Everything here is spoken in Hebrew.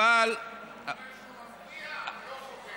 אבל הוא לא, כשהוא מבקיע, הוא לא חוגג.